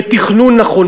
בתכנון נכון,